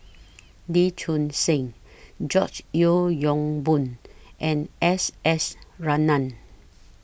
Lee Choon Seng George Yeo Yong Boon and S S Ratnam